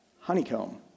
Honeycomb